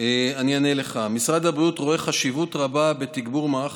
אני אענה לך: משרד הבריאות רואה חשיבות רבה בתגבור מערך